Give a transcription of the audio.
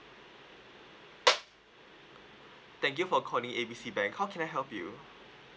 thank you for calling A B C how can I help you